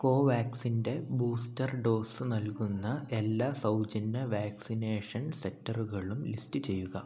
കോവാക്സിൻൻ്റെ booster dose നൽകുന്ന എല്ലാ സൗജന്യ വാക്സിനേഷൻ സെന്ററുകളും ലിസ്റ്റ് ചെയ്യുക